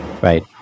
right